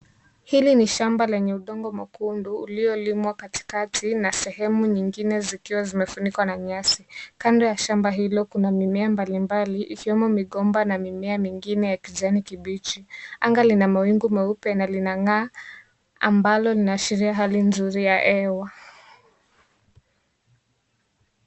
Hili ni shamba lenye udongo mwekundu ulio limwa katikati na sehemu nyingine zikiwa zimefunikwa na nyasi. Kando ya shamba hilo kuna mimea mbalimbali ikiwemo migomba na mimea mingine ya kijani kimbichi. Anga lina mawingu meupe na linang'aa ambalo linaashiria hali nzuri ya hewa.